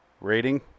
rating